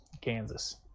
Kansas